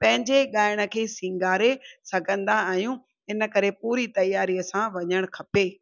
पंहिंजे ॻाइण खे सींगारे सघंदा आहियूं इन करे पूरी तयारीअ सां वञणु खपे